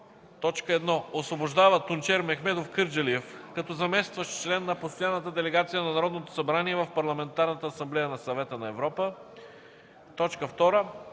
РЕШИ: 1. Освобождава Тунчер Мехмедов Кърджалиев като заместващ член на Постоянната делегация на Народното събрание в Парламентарната асамблея на Съвета на Европа. 2.